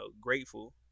grateful